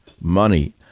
money